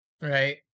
Right